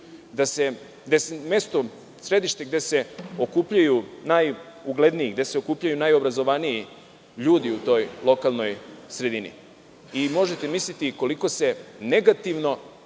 da su oni sedište gde se okupljaju najugledniji, najobrazovaniji ljudi u toj lokalnoj sredini. Možete misliti koliko se negativno,